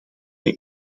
bij